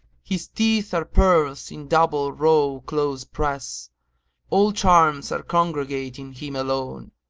his teeth are pearls in double row close press all charms are congregate in him alone,